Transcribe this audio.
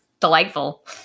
delightful